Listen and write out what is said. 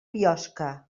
biosca